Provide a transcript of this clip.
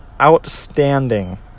outstanding